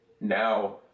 now